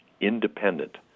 independent